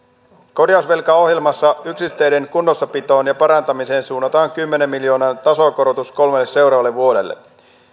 korjausvelkaohjelmassa yksityisteiden kunnossapitoon ja parantamiseen suunnataan kymmenen miljoonan tasokorotus kolmelle seuraavalle vuodelle